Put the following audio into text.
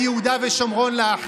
מתקנים.